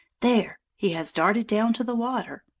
there! he has darted down to the water.